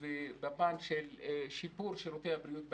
ובפן של שיפור שירותי הבריאות בנגב,